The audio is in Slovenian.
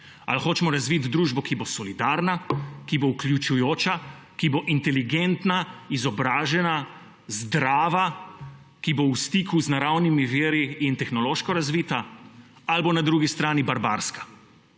−ali hočemo razviti družbo, ki bo solidarna, ki bo vključujoča, ki bo inteligentna, izobražena, zdrava, ki bo v stiku z naravnimi viri in tehnološko razvita, ali bo na drugi strani barbarska?